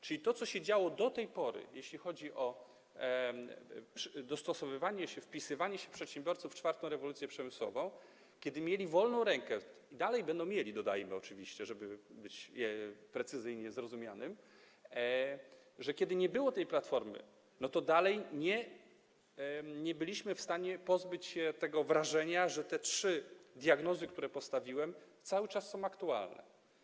Czyli to, co się działo do tej pory, jeśli chodzi o dostosowywanie się, wpisywanie się przedsiębiorców w czwartą rewolucję przemysłową, kiedy mieli wolną rękę - dalej będą mieli, dodajmy oczywiście, żeby być precyzyjnie zrozumianym - że kiedy nie było tej platformy, dalej nie byliśmy w stanie pozbyć się tego wrażenia, że trzy diagnozy, które postawiłem, cały czas są aktualne.